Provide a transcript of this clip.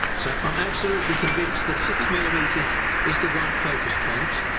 so i'm absolutely convinced that six millimeters is the right focus point.